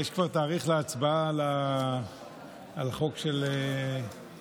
יש כבר תאריך להצבעה על החוק של 01?